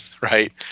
right